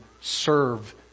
serve